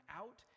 out